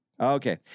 Okay